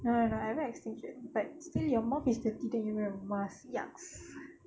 no lah I wear extension but still your mouth is dirty then you wear a mask yucks